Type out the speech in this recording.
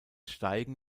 steigen